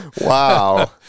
Wow